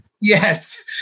yes